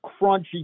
crunchy